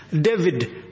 David